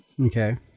Okay